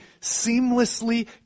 seamlessly